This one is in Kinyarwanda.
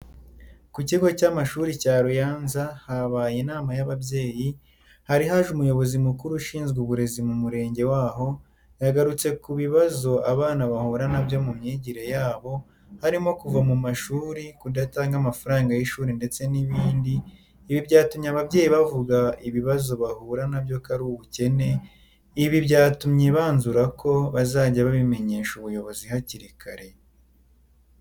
Ku kigo cy'amashuri cya Ruyanza habaye inama y'ababyeyi, hari haje umuyobozi mukuru ushinzwe uburezi mu murenge waho, yagarutse ku bibazo abana bahura nabyo mu myigire yabo harimo guva mu manshuri, kudatanga amafaranga y'ishuri ndetse n'ibindi, ibi byatumye ababyeyi bavuga ibibazo bahura nabyo ko aba ari ubukene, ibi byatumye banzurako bazajya babimenyesha ubuyobozi hakiri kare.